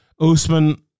Usman